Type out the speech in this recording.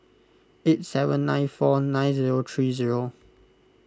eight seven nine four nine zero three zero